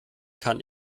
kann